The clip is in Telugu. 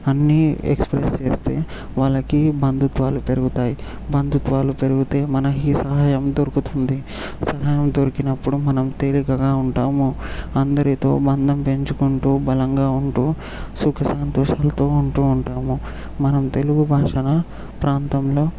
అన్నీ ఎక్స్ప్రెస్ చేస్తే వాళ్ళకి బంధుత్వాలు పెరుగుతాయి బంధుత్వాలు పెరిగితే మనకి ఈ సహాయం దొరుకుతుంది సహాయం దొరికినప్పుడు మనం తేలికగా ఉంటాము అందరితో బంధం పెంచుకుంటూ బలంగా ఉంటూ సుఖసంతోషాలతో ఉంటూ ఉంటాము మనం తెలుగు భాషను ప్రాంతంలో